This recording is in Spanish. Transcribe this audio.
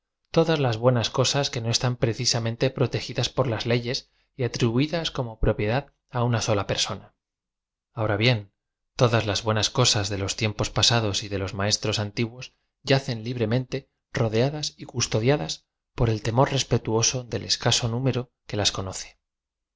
todas las buenas cosas que no están precisamente protegidas por las leyes y atribuidas como propiedad á una sola per soaa a h ora bien todas las buenas cosas de los tiem pos pasados y de los maestros antiguos yacen ubre meate rodeadas y custodiadas por el temor respetuoso dei escaso nmero que la conoce